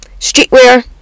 streetwear